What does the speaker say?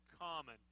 common